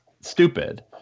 stupid